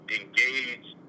engage